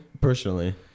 Personally